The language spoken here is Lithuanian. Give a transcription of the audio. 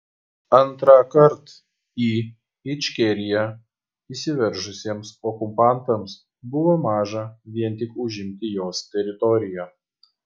antrąkart į ičkeriją įsiveržusiems okupantams buvo maža vien tik užimti jos teritoriją